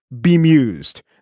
bemused